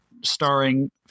starring